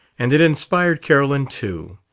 and it inspired carolyn too.